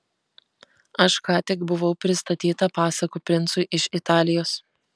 aš ką tik buvau pristatyta pasakų princui iš italijos